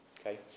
Okay